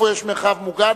איפה יש מרחב מוגן,